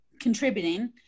contributing